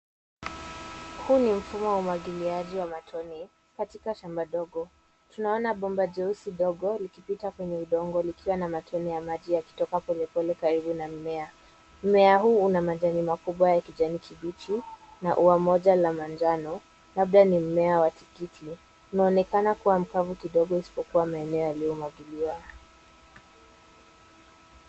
Huu ni mfumo wa umwagiliaji wa matone katika shamba dogo. Tunaona bomba jeusi dogo likipita kwenye udongo, likiwa na matone ya maji yakitoka polepole karibu na mimea. Mmea huu una majani makubwa ya kijani kibichi na ua moja la manjano, labda ni mmea wa tikiti. Unaonekana kuwa mkavu kidogo isipokuwa maeneo yaliyomwagiliwa.